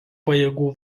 pajėgų